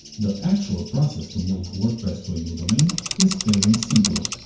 the actual process to move wordpress to a new domain is fairly simple.